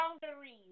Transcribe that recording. boundaries